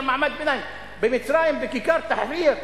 במצרים, בכיכר תחריר,